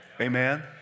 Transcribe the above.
Amen